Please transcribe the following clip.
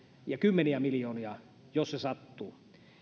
ja kymmeniä miljoonia jos se sattuu